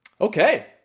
okay